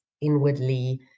inwardly